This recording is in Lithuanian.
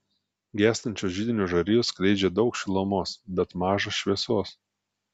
gęstančios židinio žarijos skleidžia daug šilumos bet maža šviesos